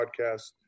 podcast